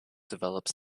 develops